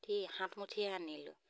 মুঠি সাত মুঠিয়ে আনিলোঁ